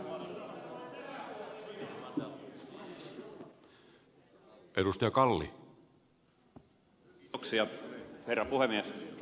herra puhemies